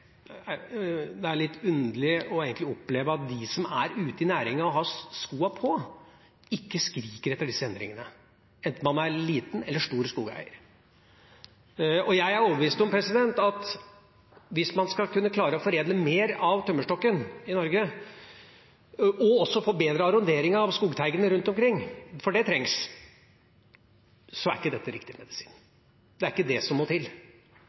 Det er litt underlig å oppleve at de som er i næringen og har skoen på, ikke skriker etter disse endringene, enten man er en liten eller stor en skogeier. Jeg er overbevist om at hvis man skal kunne klare å foredle mer av tømmerstokken i Norge, og også forbedre arronderingen av skogteigene rundt omkring – for det trengs – er ikke dette riktig medisin. Det er ikke dette som må til,